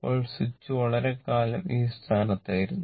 ഇപ്പോൾ സ്വിച്ച് വളരെക്കാലം ഈ സ്ഥാനത്ത് ആയിരുന്നു